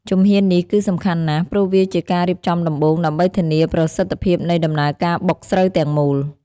ជំហាននេះគឺសំខាន់ណាស់ ព្រោះវាជាការរៀបចំដំបូងដើម្បីធានាប្រសិទ្ធភាពនៃដំណើរការបុកស្រូវទាំងមូល។